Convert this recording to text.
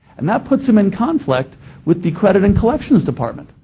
and that puts them in conflict with the credit and collections department.